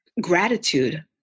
gratitude